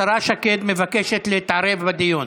השרה שקד מבקשת להתערב בדיון.